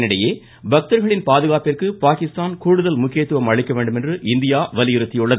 இதனிடையே பக்தர்களின் பாதுகாப்பிற்கு பாகிஸ்தான் கூடுதல் முக்கியத்துவம் அளிக்க வேண்டும் என்று இந்தியா வலியுறுத்தியுள்ளது